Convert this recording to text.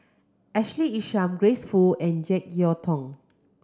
Ashley Isham Grace Fu and Jek Yeun Thong